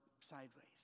sideways